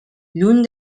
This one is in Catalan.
lluny